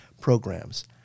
programs